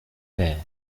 père